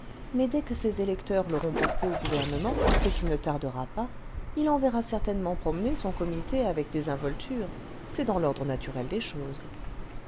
mais dès que ses électeurs l'auront porté au gouvernement ce qui ne tardera pas il enverra certainele vingtième siècle ment promener son comité avec désinvolture c'est dans l'ordre naturel des choses